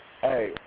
Hey